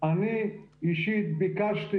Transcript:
אני אישית ביקשתי